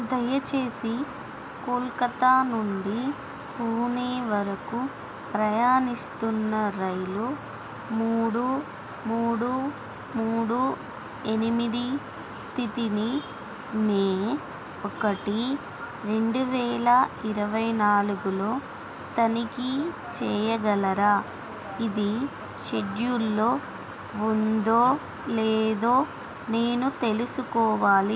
దయచేసి కోల్కతా నుండి పూణే వరకు ప్రయాణిస్తున్న రైలు మూడు మూడు మూడు ఎనిమిది స్థితిని మే ఒకటి రెండు వేల ఇరవై నాలుగులో తనిఖీ చెయ్యగలరా ఇది షెడ్యూల్లో ఉందో లేదో నేను తెలుసుకోవాలి